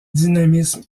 dynamisme